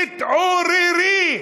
תתעוררי.